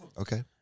Okay